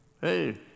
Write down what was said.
Hey